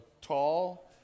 tall